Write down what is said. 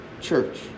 church